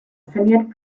syniad